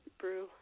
brew